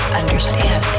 understand